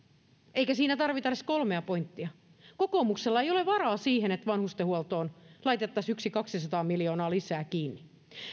eikä siinä tarvita edes kolmea pointtia että kokoomuksella ei ole varaa siihen että vanhustenhuoltoon laitettaisiin yksi kaksisataa miljoonaa lisää kiinni